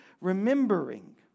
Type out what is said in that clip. Remembering